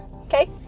okay